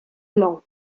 blanc